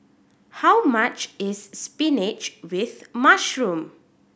how much is spinach with mushroom